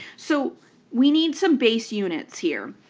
so we need some base units here,